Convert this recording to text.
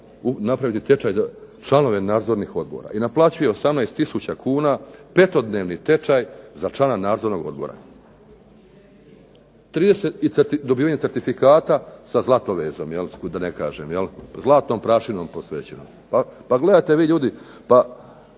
napraviti tečaj za članove nadzornih odbora i naplaćuje 18 tisuća kuna petodnevni tečaj za člana nadzornog odbora. 30 dobivenih certifikata za zlatovezom jel, zlatnom prašinom posvećenom. Pa gledajte ljudi